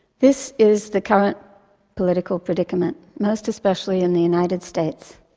this is the current political predicament, most especially in the united states.